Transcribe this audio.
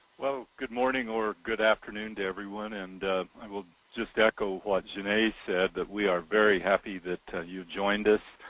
well good morning or good afternoon to everyone and i will just echo what genie said, that we are very happy that you join us.